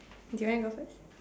do you wanna go first